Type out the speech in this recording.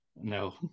No